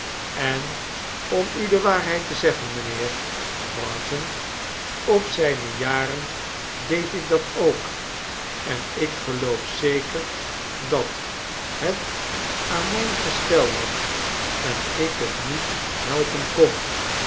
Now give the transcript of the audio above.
en om u de waarheid te zeggen mijnheer marton op zijne jaren deed ik dat ook en ik geloof zeker dat het aan mijn gestel lag en ik het niet helpen kon